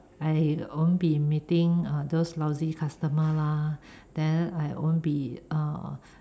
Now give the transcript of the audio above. I won't be meeting uh those lousy customers lah then I won't be uh